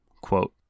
Quote